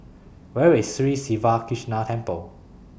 Where IS Sri Siva Krishna Temple